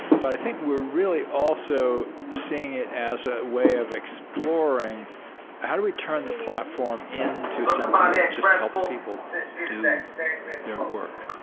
but i think we're really also seeing it as a way of exploring how do we turn the platform into something that just helps people do their work,